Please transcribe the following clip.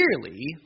Clearly